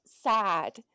sad